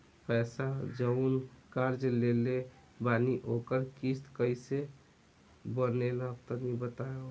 पैसा जऊन कर्जा लेले बानी ओकर किश्त कइसे बनेला तनी बताव?